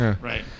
Right